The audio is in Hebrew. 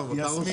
טוב תודה.